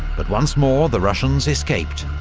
but once more the russians escaped,